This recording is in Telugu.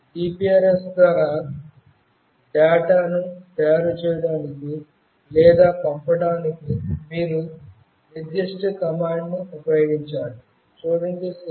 GPRS ద్వారా డేటాను తయారు చేయడానికి లేదా పంపడానికి మీరు నిర్దిష్ట కమాండ్ ని ఉపయోగించాలి